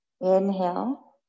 inhale